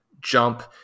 jump